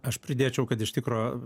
aš pridėčiau kad iš tikro